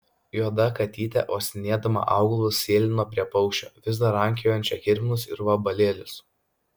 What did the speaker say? juoda katytė uostinėdama augalus sėlino prie paukščio vis dar rankiojančio kirminus ir vabalėlius